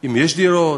אם יש דירות,